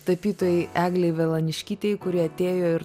tapytojai eglei velaniškytei kuri atėjo ir